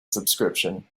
subscription